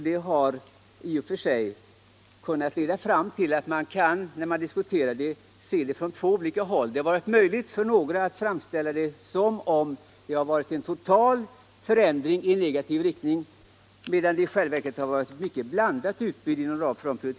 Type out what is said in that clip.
När man diskuterar Sveriges Radios situation har det därför blivit möjligt att se från två håll på vad som faktiskt har ägt rum. Några har framställt det som om det har varit en total förändring i negativ riktning. medan det i själva verket har blivit såväl ökningar som minskningar i och med de omprioriteringar som skett.